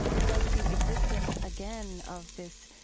does the existence again of this